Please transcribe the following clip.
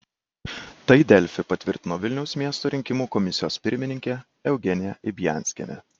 tai delfi patvirtino vilniaus miesto rinkimų komisijos pirmininkė eugenija ibianskienė